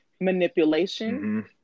manipulation